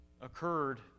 occurred